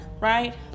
right